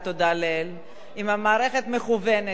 יש לנו מע"מ מקוון, יש לנו מכסים.